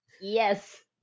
yes